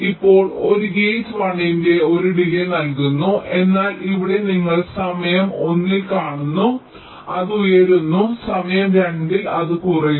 ഇപ്പോൾ ഈ ഗേറ്റ് 1 ന്റെ ഒരു ഡിലേയ് നൽകുന്നു എന്നാൽ ഇവിടെ നിങ്ങൾ സമയം 1 ൽ കാണുന്നു അത് ഉയരുന്നു സമയം 2 ൽ അത് കുറയുന്നു